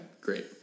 great